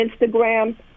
Instagram